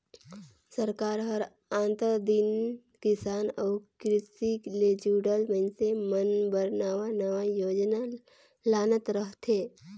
सरकार हर आंतर दिन किसान अउ किरसी ले जुड़ल मइनसे मन बर नावा नावा योजना लानत रहथे